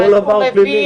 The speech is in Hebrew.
כל עבר פלילי?